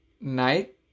night